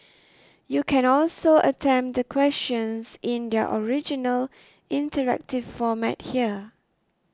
you can also attempt the questions in their original interactive format here